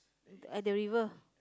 at the river